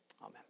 Amen